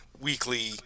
weekly